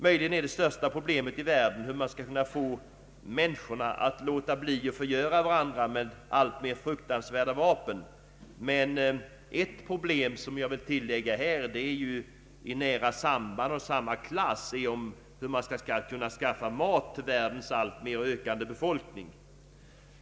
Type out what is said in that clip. Möjligen är det största problemet i världen hur man skall kunna få människorna att låta bli att förgöra varandra med alltmer fruktansvärda vapen, men ett problem i nära nog samma klass är hur mat skall kunna anskaffas till världens alltmer ökande befolkning.